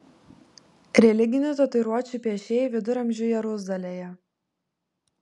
religinių tatuiruočių piešėjai viduramžių jeruzalėje